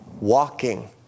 walking